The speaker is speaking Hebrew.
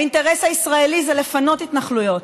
האינטרס הישראלי זה לפנות התנחלויות,